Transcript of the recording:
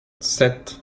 sept